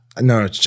No